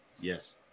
Yes